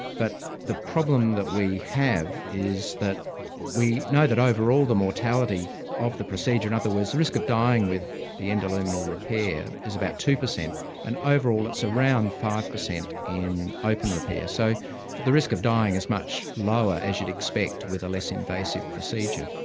but the problem that we have is that we know that overall the mortality of the procedure, in other words the risk of dying with the endoluminal repair, is about two percent and overall it's around five percent in open repair. so the risk of dying is much lower as you'd expect, with a less invasive procedure.